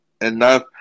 enough